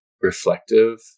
reflective